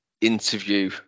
interview